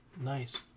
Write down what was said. nice